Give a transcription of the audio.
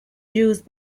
used